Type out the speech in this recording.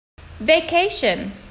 vacation